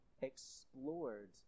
explored